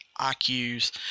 iq's